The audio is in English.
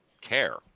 care